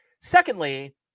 Secondly